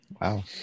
wow